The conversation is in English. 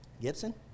Gibson